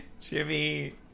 Jimmy